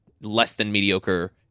less-than-mediocre